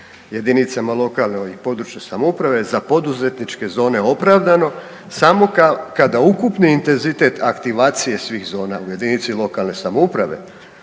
jedinicama lokalne i područne samouprave za poduzetničke zone opravdano samo kada ukupni intenzitet aktivacije svih zona u jedinice lokalne samouprave